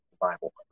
Bible